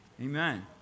Amen